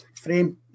frame